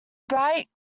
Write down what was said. bright